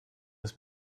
ist